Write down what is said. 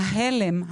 ההלם,